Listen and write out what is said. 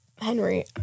Henry